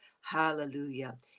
hallelujah